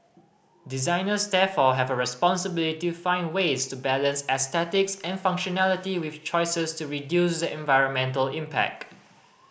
designers therefore have a responsibility find ways to balance aesthetics and functionality with choices to reduce the environmental impact